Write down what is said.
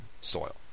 soil